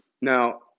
Now